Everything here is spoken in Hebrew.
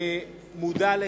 אני מודע,